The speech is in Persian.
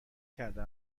کرده